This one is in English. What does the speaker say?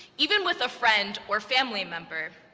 even with a friend or family member.